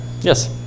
Yes